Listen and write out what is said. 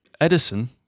Edison